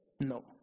No